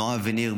נועה וניר,